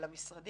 על משרדי